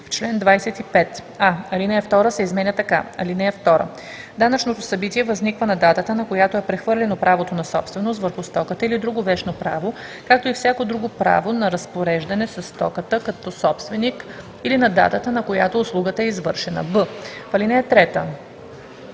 В чл. 25: а) алинея 2 се изменя така: „(2) Данъчното събитие възниква на датата, на която е прехвърлено правото на собственост върху стоката или друго вещно право, както и всяко друго право на разпореждане със стоката като собственик, или на датата, на която услугата е извършена.“; б) в